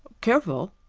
careful,